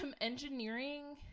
Engineering